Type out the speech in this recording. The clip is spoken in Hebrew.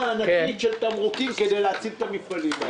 ענקית בתמרוקים כדי להציל את המפעלים האלה.